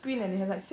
I don't know